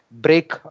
break